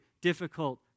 difficult